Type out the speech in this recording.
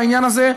בעניין הזה,